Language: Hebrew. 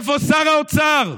איפה שר האוצר?